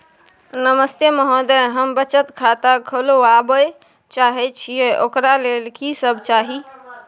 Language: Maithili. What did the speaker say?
नमस्ते महोदय, हम बचत खाता खोलवाबै चाहे छिये, ओकर लेल की सब चाही?